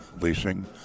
leasing